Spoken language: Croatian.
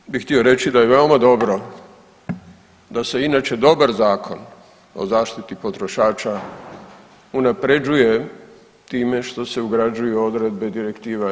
Prvo bi htio reći da je veoma dobro da se inače dobar Zakon o zaštiti potrošača unapređuje time što se ugrađuju odredbe direktiva EU.